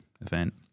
event